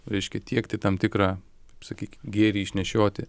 reiškia tiekti tam tikrą kaip sakyt gėrį išnešioti